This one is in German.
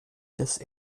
des